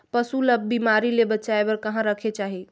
पशु ला बिमारी ले बचाय बार कहा रखे चाही?